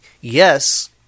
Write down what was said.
yes